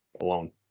alone